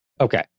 Okay